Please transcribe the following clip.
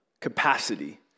capacity